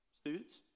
Students